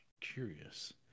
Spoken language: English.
Curious